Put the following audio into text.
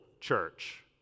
church